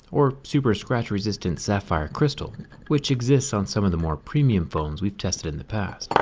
or super scratch resistant sapphire crystal which exists on some of the more premium phones we've tested in the past.